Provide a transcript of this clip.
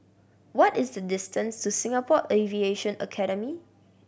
what is the distance to Singapore Aviation Academy